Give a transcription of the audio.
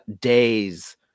days